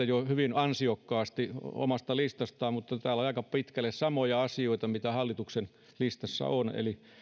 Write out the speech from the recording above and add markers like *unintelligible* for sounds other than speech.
*unintelligible* jo hyvin ansiokkaasti omasta listastaan mutta siinä oli aika pitkälle samoja asioita mitä hallituksen listassa on eli